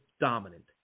dominant